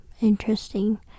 interesting